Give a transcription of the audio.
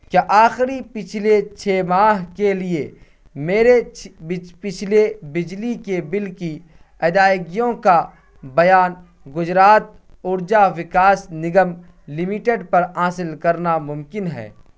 کیا آخری پچھلے چھ ماہ کے لیے میرے پچھلے بجلی کے بل کی ادائیگیوں کا بیان گجرات اورجا وکاس نگم لمیٹڈ پر حاصل کرنا ممکن ہے